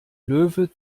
löwe